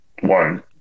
One